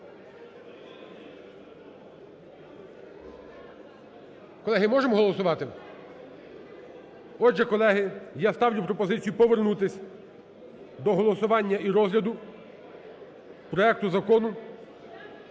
Колеги, можемо голосувати? Отже, колеги, я ставлю пропозицію повернутись до голосування і розгляду проекту Закону